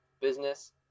business